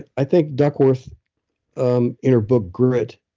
i think duckworth um in her book grit,